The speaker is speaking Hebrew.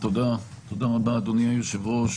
תודה רבה, אדוני היושב-ראש.